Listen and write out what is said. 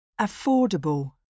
Affordable